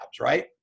right